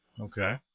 Okay